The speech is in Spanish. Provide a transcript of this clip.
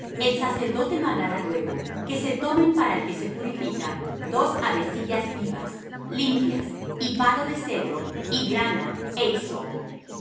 el sacerdote mandará luego que se tomen para el que se purifica dos avecillas vivas limpias y palo de cedro y grana é hisopo